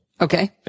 Okay